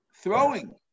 throwing